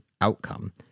outcome